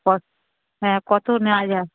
ক হ্যাঁ কত নেওয়া যায়